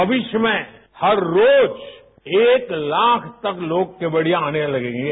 भविष्य में हर रोज एक लाख तक लोग केवड़िया आने लगेंगे